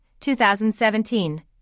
2017